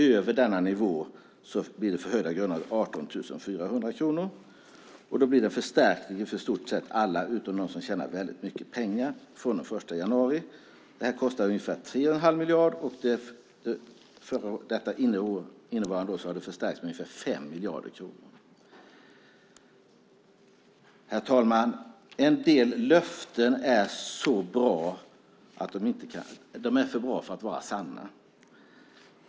Över denna nivå blir det förhöjda grundavdraget 18 400 kronor. Detta innebär en förstärkning för i stort sett alla från den 1 januari utom för dem som tjänar mycket pengar. Det här kostar ungefär 3 1⁄2 miljard, och detta innevarande år har det förstärkts med ungefär 5 miljarder kronor. Herr talman! En del löften är för bra för att vara sanna.